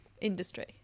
industry